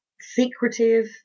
secretive